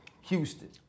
Houston